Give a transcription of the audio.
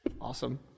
Awesome